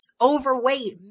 overweight